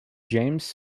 james